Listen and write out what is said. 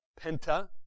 Penta